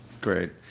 Great